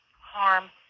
harm